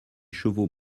chevaux